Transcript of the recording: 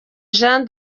jean